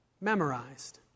memorized